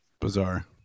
Bizarre